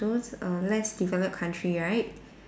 those err less developed country right